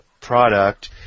product